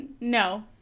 No